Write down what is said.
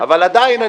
אבל עדיין,